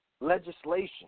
legislation